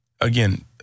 again